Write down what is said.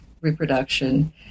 reproduction